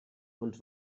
und